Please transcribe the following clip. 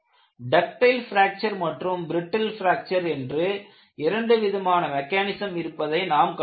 ductile fracture மற்றும் brittle fracture என்று இரண்டு விதமான மெக்கானிசம் இருப்பதை நாம் கண்டோம்